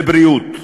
לבריאות,